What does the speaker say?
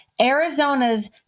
Arizona's